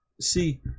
see